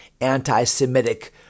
anti-Semitic